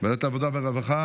ועדת העבודה והרווחה.